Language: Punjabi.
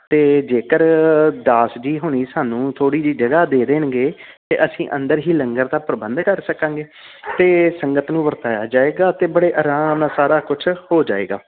ਅਤੇ ਜੇਕਰ ਦਾਸ ਜੀ ਹੋਣੀ ਸਾਨੂੰ ਥੋੜ੍ਹੀ ਜਿਹੀ ਜਗ੍ਹਾ ਦੇ ਦੇਣਗੇ ਅਤੇ ਅਸੀਂ ਅੰਦਰ ਹੀ ਲੰਗਰ ਦਾ ਪ੍ਰਬੰਧ ਕਰ ਸਕਾਂਗੇ ਅਤੇ ਸੰਗਤ ਨੂੰ ਵਰਤਾਇਆ ਜਾਵੇਗਾ ਅਤੇ ਬੜੇ ਆਰਾਮ ਨਾਲ ਸਾਰਾ ਕੁਛ ਹੋ ਜਾਵੇਗਾ